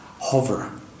hover